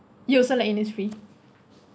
you also like Innisfree